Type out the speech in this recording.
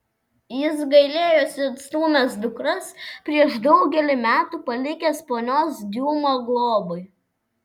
jis gailėjosi atstūmęs dukras prieš daugelį metų palikęs ponios diuma globai